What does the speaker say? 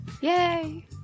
Yay